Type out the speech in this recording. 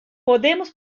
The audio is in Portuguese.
podemos